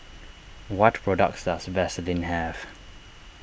what products does Vaselin have